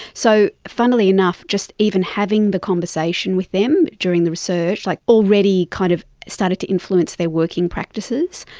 so funnily enough just even having the conversation with them during the research like already kind of started to influence their working practices.